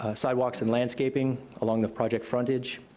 ah sidewalks and landscaping along the project frontage.